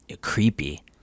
creepy